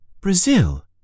Brazil